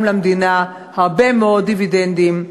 למדינה הרבה מאוד דיבידנדים בין-לאומיים.